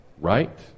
right